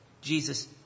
Jesus